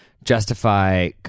justify